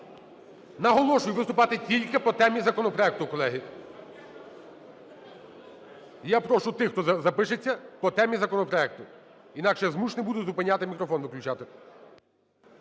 Наголошую, виступати тільки по темі законопроекту, колеги. Я прошу тих, хто запишеться, по темі законопроекту, інакше я змушений буду зупиняти, мікрофон виключати.